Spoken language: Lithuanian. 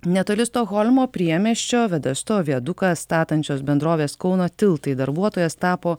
netoli stokholmo priemiesčio vedesto viaduką statančios bendrovės kauno tiltai darbuotojas tapo